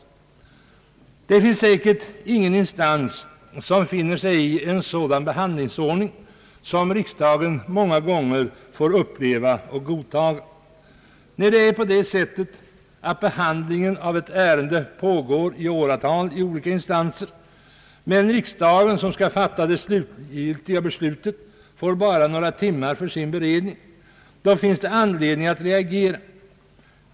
Det finns säkert inte någon instans som finner sig i en sådan behandlingsordning som riksdagen många gånger får uppleva och godtaga. När behandlingen av ett ärende pågår i åratal i olika instanser men riksdagen — som skall fatta det slutgiltiga beslutet — bara får några timmar för sin beredning, finns det anledning att reagera.